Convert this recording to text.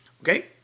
Okay